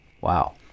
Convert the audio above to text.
Wow